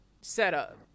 setup